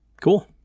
Cool